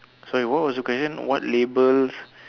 sorry what was your question what labels